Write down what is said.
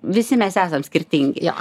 visi mes esam skirtingi